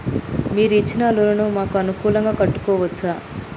మీరు ఇచ్చిన లోన్ ను మాకు అనుకూలంగా కట్టుకోవచ్చా?